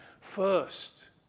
first